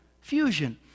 fusion